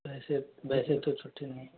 वैसे वैसे तो छुट्टी नहीं हैं